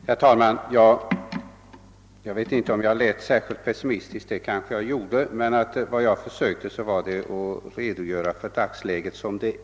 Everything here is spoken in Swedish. Herr talman! Jag vet inte om Jag lät särskilt pessimistisk — det kanske jag gjorde — men jag försökte redogöra för dagsläget.